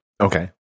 Okay